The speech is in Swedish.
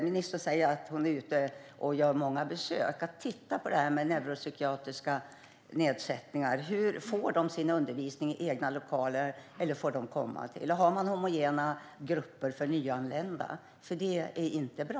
Ministern säger att hon är ute och gör många besök, och då kan hon titta på vad som gäller dem med neuropsykiatriska funktionsnedsättningar. Får de sin undervisning i egna lokaler, eller får de vara med de andra? Har man homogena grupper för nyanlända? Det är i så fall inte bra.